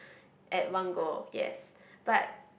at one go yes but